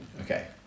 Okay